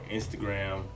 Instagram